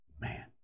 Man